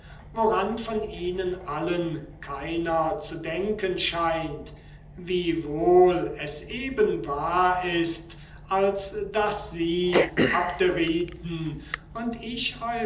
woran von ihnen allen keiner zu denken scheint wiewohl es eben so wahr ist als daß sie abderiten und ich